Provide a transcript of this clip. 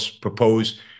propose